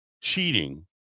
cheating